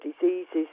diseases